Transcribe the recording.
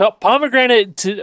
Pomegranate